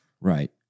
Right